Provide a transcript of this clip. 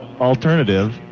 alternative